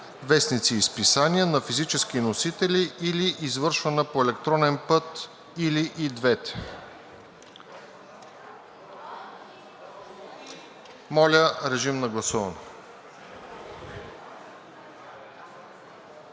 вестници и списания на физически носители или извършвана по електронен път, или и двете.“ Моля, режим на гласуване.